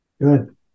Good